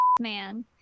man